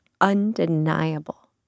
undeniable